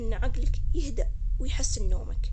مع الوقت حيتحسن نومك إن شاء الله.